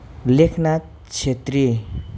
Lekhnath Chhetri